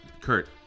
Kurt